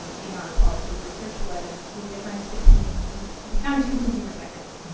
and in our qualitative research was the difference between we, we found two consumer segments.